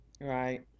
Right